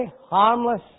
harmless